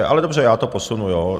Ale dobře, já to posunu.